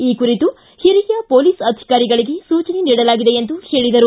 ಈ ಕುರಿತು ಹಿರಿಯ ಪೊಲೀಸ್ ಅಧಿಕಾರಿಗಳಿಗೆ ಸೂಚನೆ ನೀಡಲಾಗಿದೆ ಎಂದು ಹೇಳಿದರು